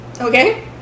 Okay